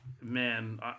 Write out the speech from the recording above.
man